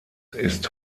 ist